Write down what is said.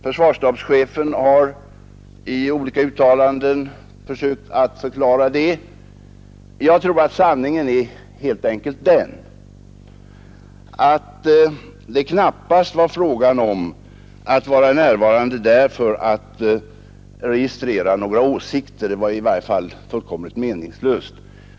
Försvarsstabschefen har i olika uttalanden försökt förklara det. Jag tror att sanningen är den att man knappast var närvarande på värnpliktsriksdagen för att registrera några åsikter — det vore i varje fall helt meningslöst.